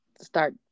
start